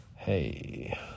Hey